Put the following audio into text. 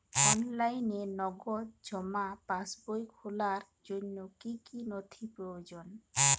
অনলাইনে নগদ জমা পাসবই খোলার জন্য কী কী নথি প্রয়োজন?